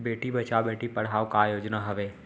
बेटी बचाओ बेटी पढ़ाओ का योजना हवे?